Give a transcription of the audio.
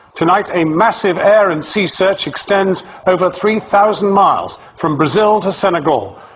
tonight a massive air and sea search extends over three thousand miles from brazil to senegal,